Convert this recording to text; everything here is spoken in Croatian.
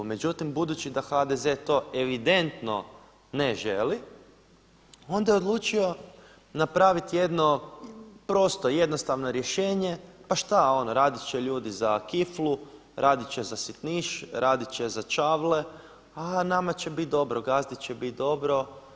Međutim, budući da HDZ to evidentno ne želi, onda je odlučio napraviti jedno prosto jednostavno rješenje pa šta ono radit će ljudi za kiflu, radit će za sitniš, radit će za čavle a nama će bit dobro, gazdi će bit dobro.